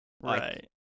right